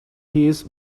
his